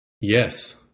Yes